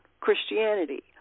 Christianity